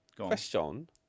question